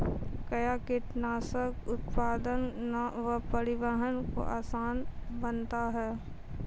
कया कीटनासक उत्पादन व परिवहन को आसान बनता हैं?